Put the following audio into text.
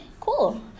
cool